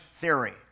theory